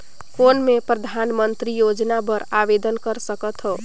कौन मैं परधानमंतरी योजना बर आवेदन कर सकथव?